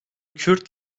kürt